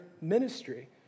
ministry